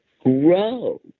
grow